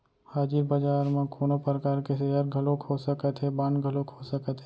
हाजिर बजार म कोनो परकार के सेयर घलोक हो सकत हे, बांड घलोक हो सकत हे